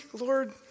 Lord